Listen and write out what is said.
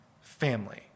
family